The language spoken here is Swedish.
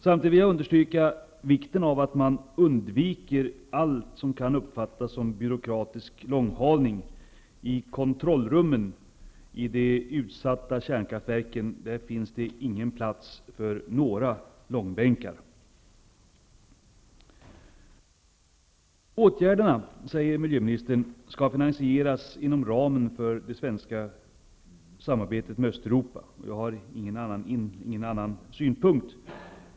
Samtidigt vill jag understryka vikten av att man undviker allt som kan uppfattas som byråkratisk långhalning i kontrollrummen. I de utsatta kärnkraftverken finns det ingen plats för några långbänkar. Åtgärderna, säger miljöministern, skall finansieras inom ramen för det svenska samarbetet med Östeuropa. Jag har ingen annan åsikt.